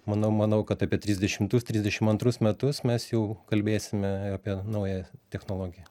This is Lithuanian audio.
manau manau kad apie trisdešimus trisdešim antrus metus mes jau kalbėsime apie naują technologiją